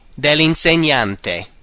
dell'insegnante